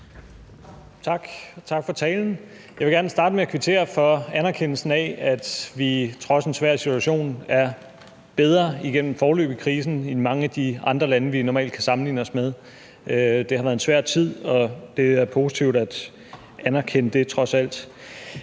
Tak for talen. Jeg vil gerne starte med at kvittere for anerkendelsen af, at vi trods en svær situation foreløbig er nået bedre igennem krisen end mange af de andre lande, vi normalt kan sammenligne os med. Det har været en svær tid, og det er trods alt positivt at anerkende det.